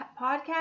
podcast